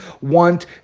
want